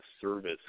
service